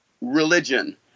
religion